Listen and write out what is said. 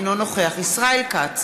אינו נוכח ישראל כץ,